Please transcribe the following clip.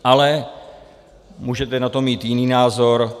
Ale můžete na to mít jiný názor.